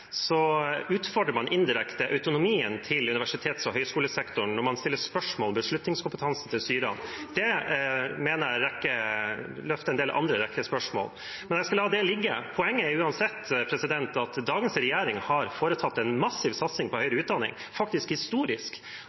utfordrer man indirekte autonomien til universitets- og høyskolesektoren når man stiller spørsmål ved beslutningskompetansen til styrene. Det mener jeg løfter en rekke andre spørsmål. – Men jeg skal la det ligge. Poenget er uansett at dagens regjering har hatt en massiv satsing på høyere utdanning, faktisk historisk,